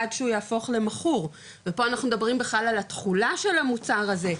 עד שהוא יהפוך למכור ופה אנחנו מדברים בכלל על התכולה של המוצר הזה,